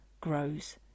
grows